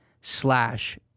slash